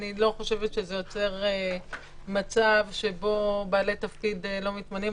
אני לא חושבת שזה יוצר מצב שבו בעלי תפקיד לא מתמנים.